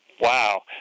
wow